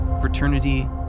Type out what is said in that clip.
fraternity